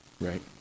Right